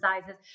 sizes